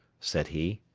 said he.